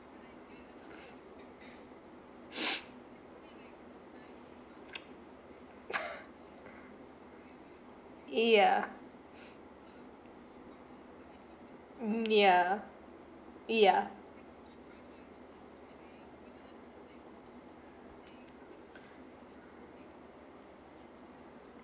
yeah yeah yeah